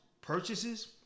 purchases